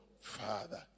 father